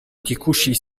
текущей